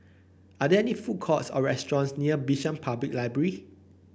are there food courts or restaurants near Bishan Public Library